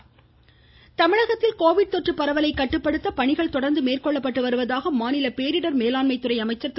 உதயகுமார் தமிழகத்தில் கோவிட் தொற்று பரவலை கட்டுப்படுத்த பணிகள் தொடர்ந்து மேற்கொள்ளப்பட்டு வருவதாக மாநில பேரிடர் மேலாண்மை துறை அமைச்சர் திரு